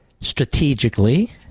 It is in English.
strategically